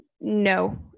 no